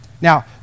Now